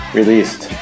released